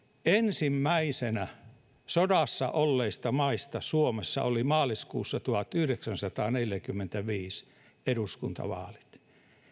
ensimmäisenä sodassa olleista maista suomessa oli maaliskuussa tuhatyhdeksänsataaneljäkymmentäviisi eduskuntavaalit